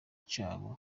cabo